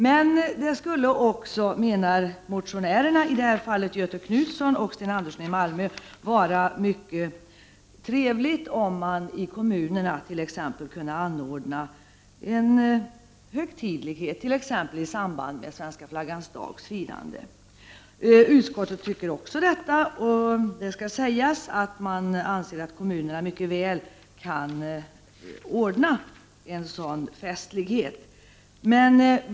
Men motionärerna, alltså Göthe Knutson och Sten Andersson i Malmö, menar att det vore trevligt om man i kommunerna kunde anordna en högtidlighet, t.ex. i samband med firandet av Svenska flaggans dag. Utskottet anser också detta. Kommunerna kan mycket väl ordna någon festlighet.